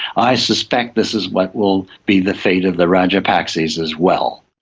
i suspect this is what will be the fate of the rajapaksas as well.